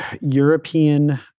European